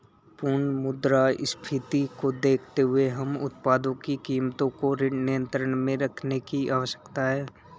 पुनः मुद्रास्फीति को देखते हुए हमें उत्पादों की कीमतों को नियंत्रण में रखने की आवश्यकता है